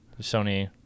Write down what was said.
Sony